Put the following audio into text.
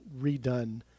redone